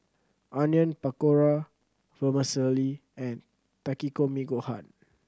Onion Pakora Vermicelli and Takikomi Gohan